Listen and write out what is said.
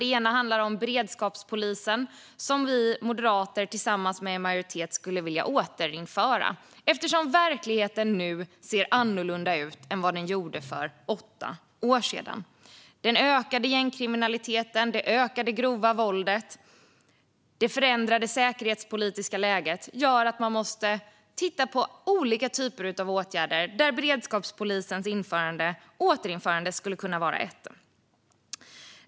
Det ena handlar om beredskapspolisen som vi moderater tillsammans med en majoritet skulle vilja återinföra, eftersom verkligheten nu ser annorlunda ut än för åtta år sedan. Den ökade gängkriminaliteten, det ökade grova våldet och det förändrade säkerhetspolitiska läget gör att man måste titta på olika typer av åtgärder, där ett återinförande av beredskapspolisen skulle kunna vara en.